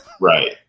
Right